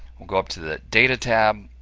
will go up to the data tab,